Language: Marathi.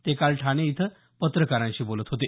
ते काल ठाणे इथं पत्रकारांशी बोलत होते